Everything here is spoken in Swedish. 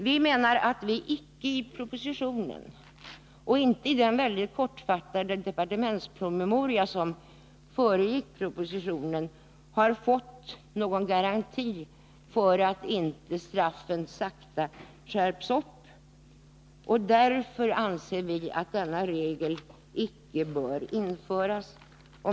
Vi anser att vi icke i propositionen och inte i den mycket kortfattade departementspromemoria som föregick propositionen har fått någon garanti för att straffnivån inte sakta höjs, och därför anser vi att denna regel icke bör införas.